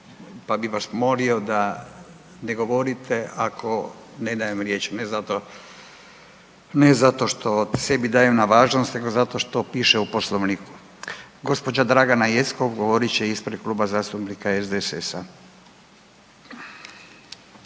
pa bi vas molio da ne govorite ako ne dajem riječ, ne zato što sebi dajem na važnosti nego zato što piše u Poslovniku. Gđa. Dragana Jeckov govorit će ispred Kluba zastupnika SDSS-a.